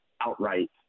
outright